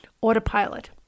autopilot